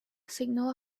signal